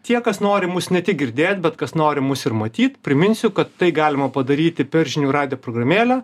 tie kas nori mus ne tik girdėt bet kas nori mus ir matyt priminsiu kad tai galima padaryti per žinių radijo programėlę